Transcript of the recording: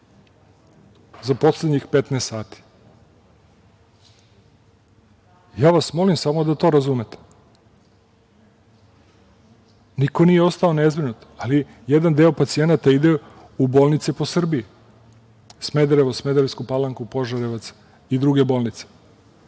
za poslednjih 15 sati. Ja vas samo molim da to razumete. Niko nije ostao nezbrinut, ali jedan deo pacijenata ide u bolnice po Srbiji, Smederevo, Smederevsku Palanku, Požarevac i druge bolnice.